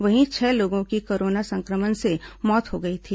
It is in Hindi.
वहीं छह लोगों की कोरोना संक्रमण से मौत हो गई थी